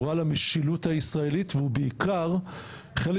הוא רע למשילות הישראלית והוא בעיקר חלק